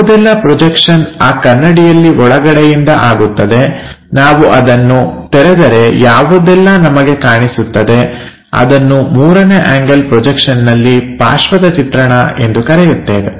ಯಾವುದೆಲ್ಲ ಪ್ರೊಜೆಕ್ಷನ್ ಆ ಕನ್ನಡಿಯಲ್ಲಿ ಒಳಗಡೆಯಿಂದ ಆಗುತ್ತದೆ ನಾವು ಅದನ್ನು ತೆರೆದರೆ ಯಾವುದೆಲ್ಲ ನಮಗೆ ಕಾಣಿಸುತ್ತದೆ ಅದನ್ನು ಮೂರನೇ ಆಂಗಲ್ ಪ್ರೊಜೆಕ್ಷನ್ನಲ್ಲಿ ಪಾರ್ಶ್ವದ ಚಿತ್ರಣ ಎಂದು ಕರೆಯುತ್ತೇವೆ